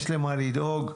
יש למה לדאוג.